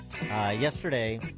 Yesterday